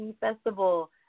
festival